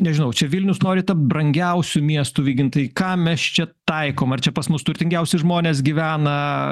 nežinau čia vilnius nori tapt brangiausiu miestu vygintai ką mes čia taikom ar čia pas mus turtingiausi žmonės gyvena